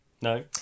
No